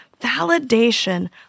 Validation